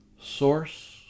Source